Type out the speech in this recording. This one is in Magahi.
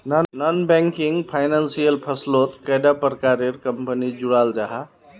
नॉन बैंकिंग फाइनेंशियल फसलोत कैडा प्रकारेर कंपनी जुराल जाहा?